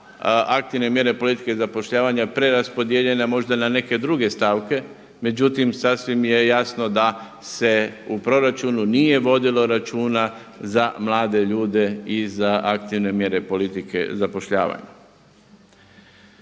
aktivne mjere politike i zapošljavanja preraspodijeljene možda na neke druge stavke, međutim sasvim je jasno da se u proračunu nije vodilo računa za mlade ljude i za aktivne mjere politike zapošljavanja.